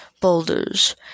boulders